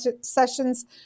sessions